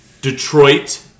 Detroit